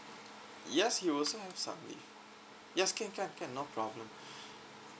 yes you also have to submit yes can can can no problem